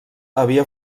havia